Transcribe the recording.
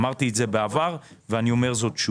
אמרתי את זה בעבר ואני אומר זאת שוב.